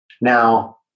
Now